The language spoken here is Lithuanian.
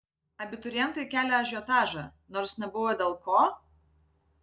abiturientai kelią ažiotažą nors nebuvo dėl ko